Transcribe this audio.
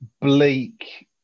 bleak